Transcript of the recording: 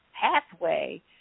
pathway